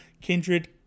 Kindred